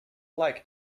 like